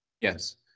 Yes